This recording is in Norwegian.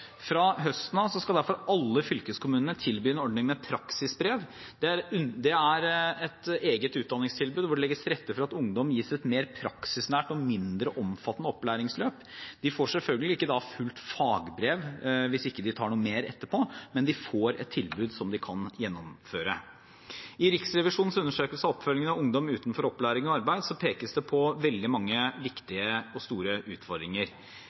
Fra høsten av skal derfor alle fylkeskommunene tilby en ordning med praksisbrev. Det er et eget utdanningstilbud hvor det legges til rette for at ungdom gis et mer praksisnært og mindre omfattende opplæringsløp. De får da selvfølgelig ikke fullt fagbrev hvis de ikke tar noe mer etterpå, men de får et tilbud som de kan gjennomføre. I Riksrevisjonens undersøkelse av oppfølgingen av ungdom utenfor opplæring og arbeid pekes det på veldig mange viktige og store utfordringer.